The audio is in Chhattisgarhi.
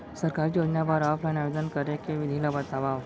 सरकारी योजना बर ऑफलाइन आवेदन करे के विधि ला बतावव